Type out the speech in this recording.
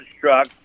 truck